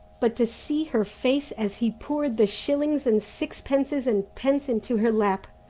but to see her face as he poured the shillings and sixpences and pence into her lap!